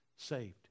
saved